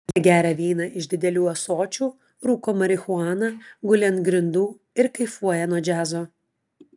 jie geria vyną iš didelių ąsočių rūko marihuaną guli ant grindų ir kaifuoja nuo džiazo